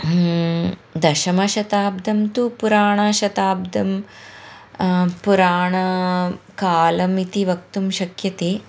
दशमशताब्धं तु पुराणशताब्धं पुराणकालमिति वक्तुं शक्यते